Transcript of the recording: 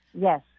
yes